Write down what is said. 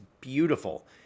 beautiful